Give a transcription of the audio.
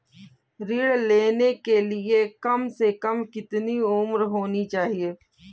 ऋण लेने के लिए कम से कम कितनी उम्र होनी चाहिए?